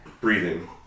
breathing